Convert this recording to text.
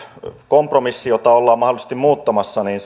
kompromissi jota ollaan mahdollisesti muuttamassa